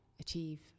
achieve